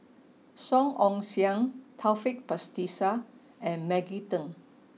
Song Ong Siang Taufik Batisah and Maggie Teng